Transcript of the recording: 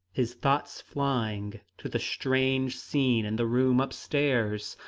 his thoughts flying to the strange scene in the room up-stairs.